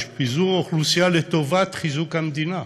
יש פיזור אוכלוסייה לטובת חיזוק המדינה.